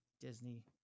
disney